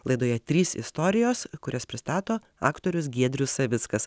laidoje trys istorijos kurias pristato aktorius giedrius savickas